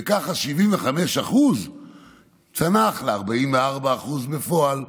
וככה 75% צנח ל-44% בפועל,